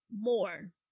more